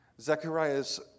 Zechariah's